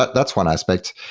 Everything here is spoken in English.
but that's one aspect.